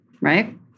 right